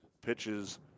pitches